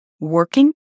working